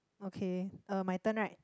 okay my turn right